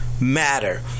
matter